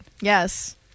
yes